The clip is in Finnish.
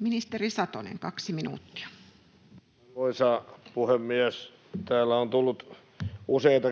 Ministeri Satonen, kaksi minuuttia. Arvoisa puhemies! Täällä on tullut useita